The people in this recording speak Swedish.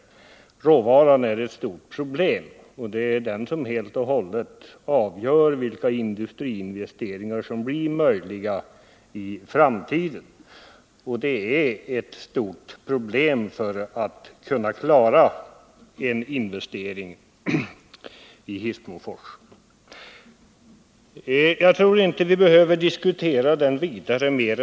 Råvaran är ju ett stort problem, och det är helt och hållet den som avgör vilka industriinvesteringar som blir möjliga i framtiden. Det är ett stort problem att kunna klara en investering i Hissmofors. Jag tror dock inte vi behöver diskutera den saken vidare.